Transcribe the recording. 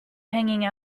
hanging